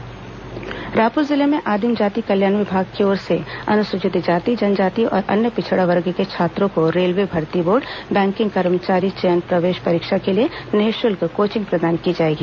निःशुल्क कोचिंग रायपुर जिले में आदिम जाति कल्याण विभाग की ओर से अनुसूचित जाति जनजाति और अन्य पिछड़ा वर्ग के छात्रो को रेलवे भर्ती बोर्ड बैंकिंग कर्मचारी चयन प्रवेश परीक्षा के लिए निःशुल्क कोचिंग प्रदान की जाएगी